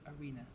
arena